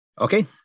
okay